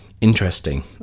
interesting